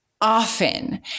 often